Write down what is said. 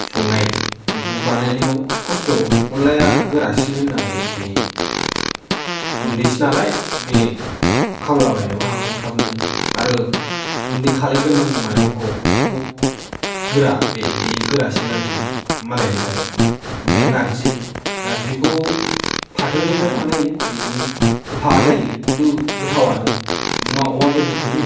संनाय बेखौ बानायनायाव खस्थ' अनलाया गोरासिन होननो हायो बे गुन्दैसो नालाय बे खामलाबायनोबो हागौ थाफनो आरो गुन्दै खालायगोरनांगौ माइरंखौ थ' गोरा बे बे गोरासिन आरकि मालायनिफाय आमफाय नार्जि नार्जिखौ फाथो निफ्राय बानायो बिदिनो गोफा जायो किनथु गोथाव आनो अमा अमा बेदर जों मिलौ लायो